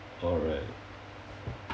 alright